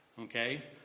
Okay